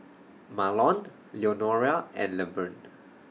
Marlon Leonora and Levern